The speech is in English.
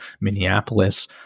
Minneapolis